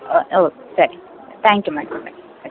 ಓ okay ಸರಿ thank you madam bye bye